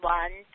one